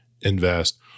invest